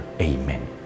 Amen